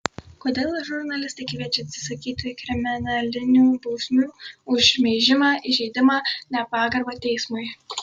kodėl žurnalistai kviečia atsisakyti kriminalinių bausmių už šmeižimą įžeidimą nepagarbą teismui